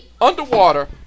underwater